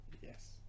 Yes